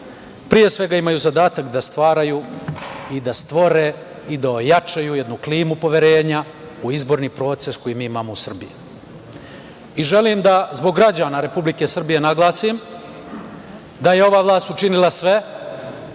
pre svega imaju zadatak da stvaraju i da stvore i da ojačaju jednu klimu poverenja u izborni proces koji mi imamo u Srbiji. Želim da zbog građana Republike Srbije naglasim da je ova vlast učinila sve,